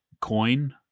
coin